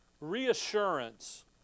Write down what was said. reassurance